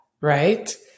right